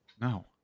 No